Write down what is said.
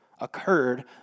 occurred